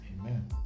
Amen